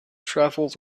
travelled